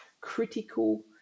critical